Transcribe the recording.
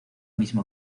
mismo